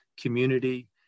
community